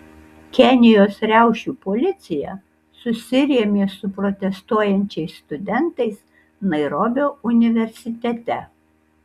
kenijos riaušių policija susirėmė su protestuojančiais studentais nairobio universitete